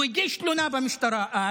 הוא הגיש תלונה במשטרה אז,